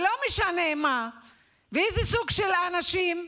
ולא משנה מה ואיזה סוג של אנשים,